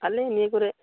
ᱟᱞᱮ ᱱᱤᱭᱟᱹ ᱠᱚᱨᱮᱫ